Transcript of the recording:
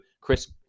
Chris